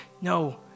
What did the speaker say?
No